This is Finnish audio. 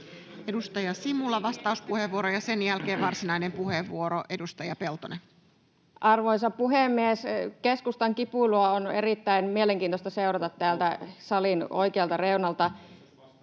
Edustaja Simula, vastauspuheenvuoro, ja sen jälkeen varsinainen puheenvuoro, edustaja Peltonen. Arvoisa puhemies! Keskustan kipuilua on erittäin mielenkiintoista seurata täältä salin oikealta reunalta.